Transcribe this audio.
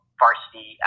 varsity